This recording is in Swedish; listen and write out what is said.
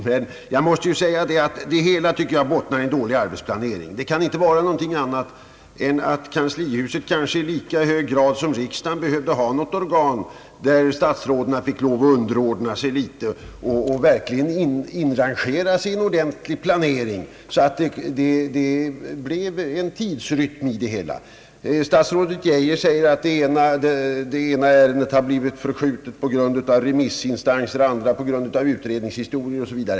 Men jag måste ju säga att det hela tycks bottna i dålig arbetsplanering — det kan inte vara någonting annat än att kanslihuset behövde något organ där statsråden fick lov att underordna sig litet och verkligen inrangera sig i en ordentlig planering, så att det blev en tidsrytm i propositionsavlämnandet. Statsrådet Geijer säger att det ena ärendet blivit förskjutet genom remissbehandling och det andra på grund av utredningsförhållanden, o. s. v.